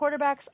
quarterbacks